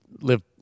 live